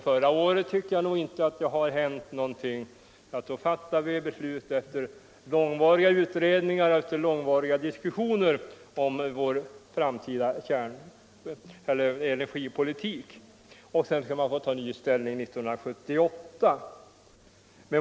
Jag tycker inte att det har hänt någonting sedan förra året då vi, efter långvariga utredningar och diskussioner, fattade beslutet om vår framtida energipolitik. Sedan skall riksdagen få ta ny ställning 1978.